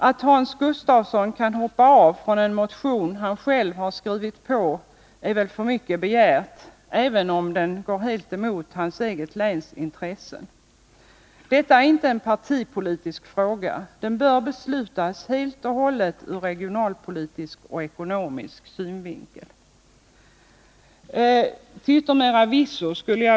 Att Hans Gustafsson kan hoppa av från en motion han själv skrivit på är väl för mycket begärt, även om den går helt emot hans eget läns intressen. Detta är inte en partipolitisk fråga. Den bör beslutas helt och hållet ur regionalpolitisk och ekonomisk synvinkel.